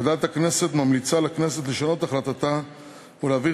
ועדת הכנסת ממליצה לכנסת לשנות את החלטתה ולהעביר